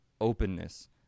openness